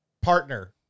partner